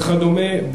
וכדומה,